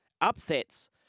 upsets